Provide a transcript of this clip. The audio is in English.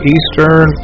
Eastern